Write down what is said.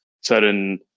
certain